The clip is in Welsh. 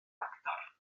actor